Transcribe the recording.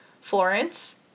Florence